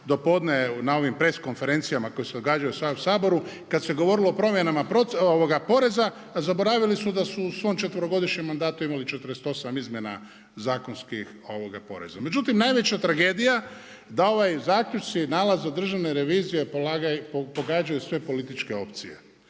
dopodne na ovim press konferencijama koje se događaju sad u Saboru, kad se govorilo o promjenama poreza. Zaboravili su da su u svom četverogodišnjem mandatu imali 48 izmjena zakonskih poreza. Međutim, najveća tragedija da ovi zaključci, nalazi Državne revizije pogađaju sve političke opcije.